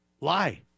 lie